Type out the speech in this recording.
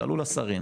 תעלו לשרים,